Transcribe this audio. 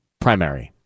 primary